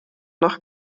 noch